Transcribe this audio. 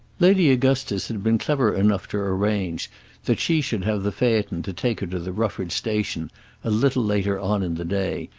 lady augustus had been clever enough to arrange that she should have the phaeton to take her to the rufford station a little later on in the day,